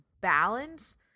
balance